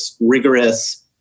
rigorous